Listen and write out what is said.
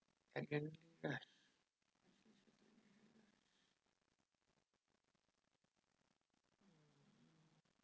and then uh